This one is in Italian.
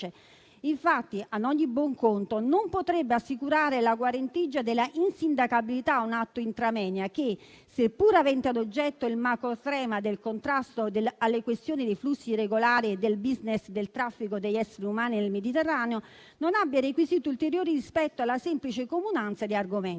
Infatti, a ogni buon conto, non potrebbe assicurare la guarentigia dell'insindacabilità a un atto *intra moenia* che, pur avendo ad oggetto il macro-tema del contrasto alle questioni dei flussi irregolari e del *business* del traffico degli esseri umani nel Mediterraneo, non abbia requisiti ulteriori rispetto alla semplice comunanza di argomento.